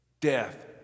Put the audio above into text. Death